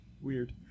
Weird